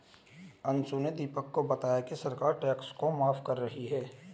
अंशु ने दीपक को बताया कि सरकार टैक्स को माफ कर रही है